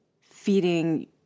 feeding